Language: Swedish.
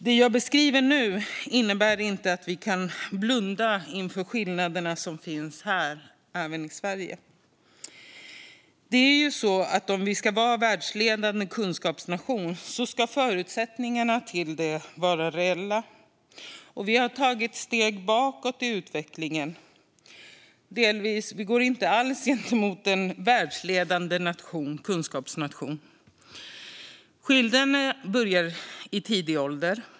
Det jag beskriver nu innebär inte att vi kan blunda inför skillnaderna som finns även här i Sverige. Om vi ska bli en världsledande kunskapsnation ska förutsättningarna för det vara reella. Vi har tagit steg bakåt i utvecklingen. Vi går inte alls mot att vara en världsledande kunskapsnation. Skillnaderna börjar i tidig ålder.